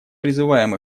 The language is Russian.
призываем